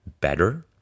better